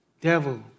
devil